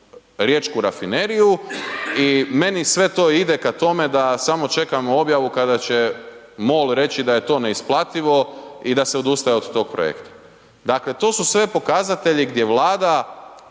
riječku rafineriju i meni sve to ide ka tome da samo čekamo objavu kada će MOL reći da je to neisplativo i da se odustaje od tog projekta. Dakle, to su sve pokazatelji gdje Vlada